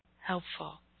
helpful